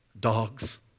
Dogs